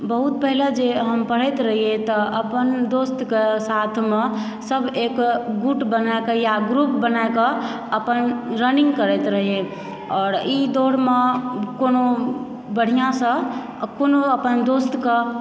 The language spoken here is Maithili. बहुत पहिले जे हम पढ़ैत रहियै तऽ अपन दोस्तकऽ साथमे सभ एक गुट बनाके वा ग्रुप बनाके अपन रनिंग करैत रहियै आओर ई दौड़मऽ कोनो बढ़िआँसँ कोनो अपन दोस्तकऽ